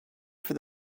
for